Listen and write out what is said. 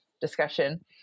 discussion